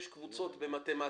יש קבוצות במתמטיקה,